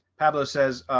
pablo says,